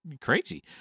Crazy